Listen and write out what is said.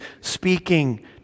speaking